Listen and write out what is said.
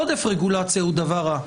עודף רגולציה הוא דבר רע,